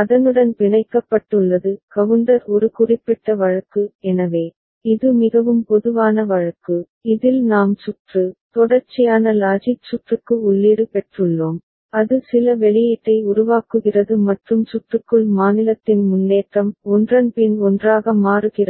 அதனுடன் பிணைக்கப்பட்டுள்ளது கவுண்டர் ஒரு குறிப்பிட்ட வழக்கு எனவே இது மிகவும் பொதுவான வழக்கு இதில் நாம் சுற்று தொடர்ச்சியான லாஜிக் சுற்றுக்கு உள்ளீடு பெற்றுள்ளோம் அது சில வெளியீட்டை உருவாக்குகிறது மற்றும் சுற்றுக்குள் மாநிலத்தின் முன்னேற்றம் ஒன்றன் பின் ஒன்றாக மாறுகிறது